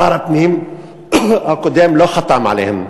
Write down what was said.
שר הפנים הקודם לא חתם עליהן.